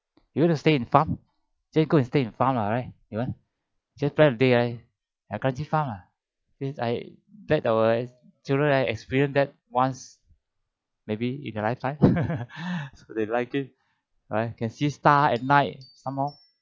you want to stay in farm plan go and stay in farm lah right you want just plan a day right like country farm ah I bet our children like experienced that once maybe in their lifetime so they like it alright can see star at night some more